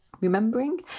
Remembering